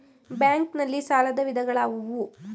Bank ನಲ್ಲಿ ಸಾಲದ ವಿಧಗಳಾವುವು?